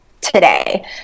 today